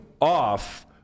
off